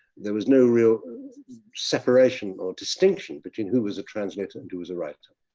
there was no real separation or distinction between who was a translator and who was a writer.